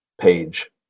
page